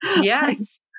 Yes